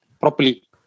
properly